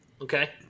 Okay